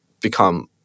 become